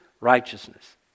righteousness